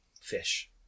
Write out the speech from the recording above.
fish